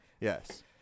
Yes